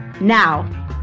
Now